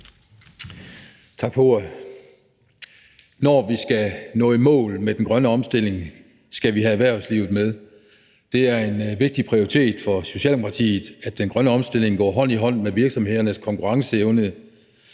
Tak for ordet. Når vi skal nå i mål med den grønne omstilling, skal vi have erhvervslivet med. Det er en vigtig prioritet for Socialdemokratiet, at den grønne omstilling går hånd i hånd med virksomhedernes konkurrenceevne